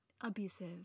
abusive